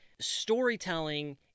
storytelling